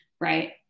right